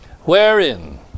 Wherein